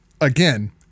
Again